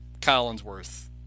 Collinsworth